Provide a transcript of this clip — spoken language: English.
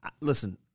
Listen